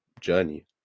journey